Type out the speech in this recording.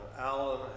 Alan